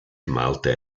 malte